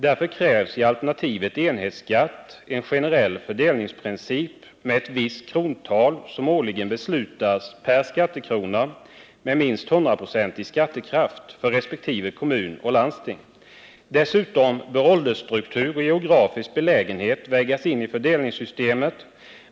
Därför krävs i alternativet enhetsskatt en generell fördelningsprincip med ett visst krontal, som årligen beslutas, per skattekrona med minst 100-procentig skattekraft för resp. kommun och landsting. Dessutom bör åldersstruktur och geografisk belägenhet vägas in i fördelningssystemet.